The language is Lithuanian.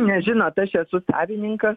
nes žinot aš esu savininkas